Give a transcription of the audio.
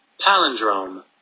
Palindrome